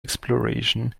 exploration